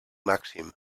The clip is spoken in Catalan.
màxim